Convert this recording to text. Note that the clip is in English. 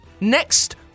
Next